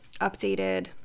updated